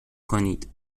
کنید